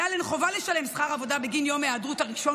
כלל אין חובה לשלם שכר עבודה בגין יום ההיעדרות הראשון,